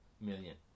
million